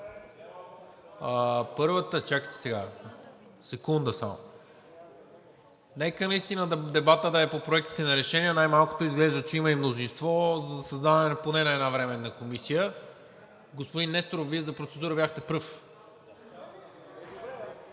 НИКОЛА МИНЧЕВ: Секунда само. Нека наистина дебатът да е по проектите на решения. Най-малкото изглежда, че има и мнозинство за създаване поне на една временна комисия. Господин Несторов, Вие за процедура бяхте пръв